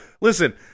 Listen